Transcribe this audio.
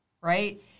Right